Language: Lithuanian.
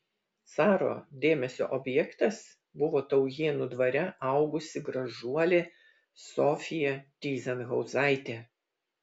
caro dėmesio objektas buvo taujėnų dvare augusi gražuolė sofija tyzenhauzaitė